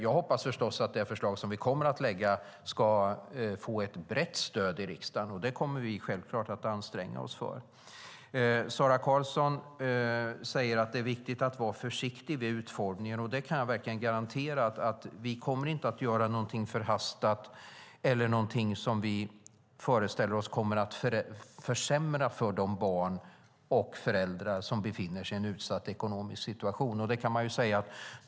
Jag hoppas förstås att det förslag som vi kommer att lägga ska få ett brett stöd i riksdagen. Det kommer vi självklart att anstränga oss för. Sara Karlsson säger att det är viktigt att vara försiktig vid utformningen. Jag kan verkligen garantera att vi inte kommer att göra något förhastat eller något som vi föreställer oss kommer att försämra för de barn och föräldrar som befinner sig i en utsatt ekonomisk situation.